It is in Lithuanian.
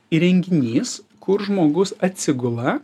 įrenginys kur žmogus atsigula